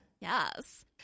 Yes